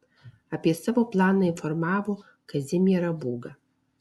apie savo planą informavo kazimierą būgą